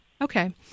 Okay